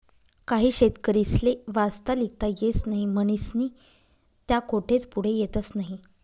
काही शेतकरीस्ले वाचता लिखता येस नही म्हनीस्नी त्या कोठेच पुढे येतस नही